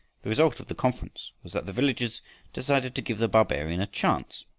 the result of the conference was that the villagers decided to give the barbarian a chance.